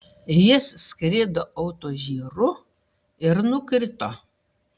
jis skrido autožyru ir nukrito